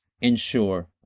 ensure